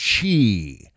Chi